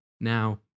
now